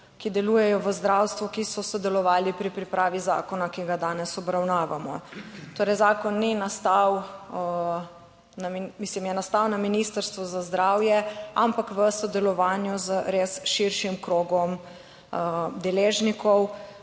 ki delujejo v zdravstvu, ki so sodelovali pri pripravi zakona, ki ga danes obravnavamo. Torej zakon ni nastal, mislim je nastal na Ministrstvu za zdravje, ampak v sodelovanju z res širšim krogom deležnikov,